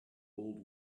old